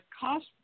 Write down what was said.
cost